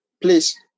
please